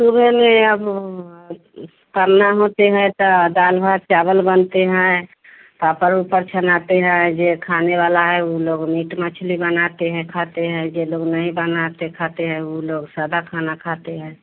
सुबह में अब करना होते हैं ता दाल भात चावल बनते हैं पापड़ ऊपड़ छनाते है जे खाने वाला है ऊ लोग मीट मछली बनाते हैं खाते हैं जे लोग नहीं बनाते खाते है ऊ लोग सादा खाना खाते हैं